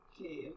Okay